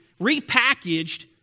repackaged